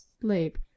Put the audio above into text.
sleep